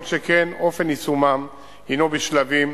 כל שכן, אופן יישומן הינו בשלבים,